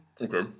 Okay